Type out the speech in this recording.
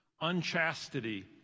unchastity